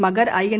Magar IN